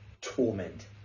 torment